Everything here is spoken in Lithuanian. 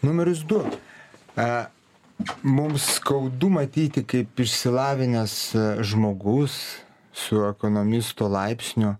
numeris du a mums skaudu matyti kaip išsilavinęs žmogus su ekonomisto laipsniu